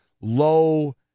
low